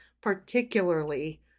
particularly